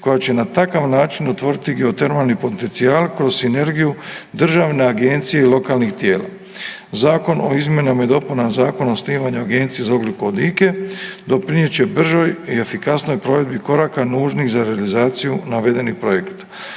koja će na takav način otvoriti geotermalni potencijal kroz sinergiju državne agencije i lokalnih tijela. Zakon o izmjenama i dopunama Zakona o osnivanju Agencije za ugljikovodike doprinijet će bržoj i efikasnijoj provedbi koraka nužnih za .../Govornik se